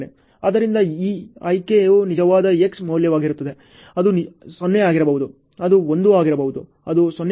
ಆದ್ದರಿಂದ ಈ ಆಯ್ಕೆಯು ನಿಜವಾದ X ಮೌಲ್ಯವಾಗಿರುತ್ತದೆ ಅದು 0 ಆಗಿರಬಹುದು ಅದು 1 ಆಗಿರಬಹುದು ಅದು 0